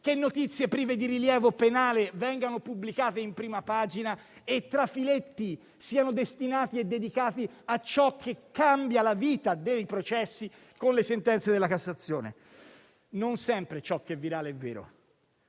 che notizie prive di rilievo penale vengano pubblicate in prima pagina e trafiletti siano destinati e dedicati a ciò che cambia la vita dei processi con le sentenze della Cassazione. Non sempre ciò che è virale è vero